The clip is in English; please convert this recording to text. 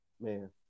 man